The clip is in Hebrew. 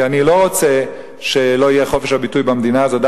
כי אני לא רוצה שלא יהיה חופש ביטוי במדינה הזאת,